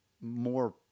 more